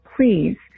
please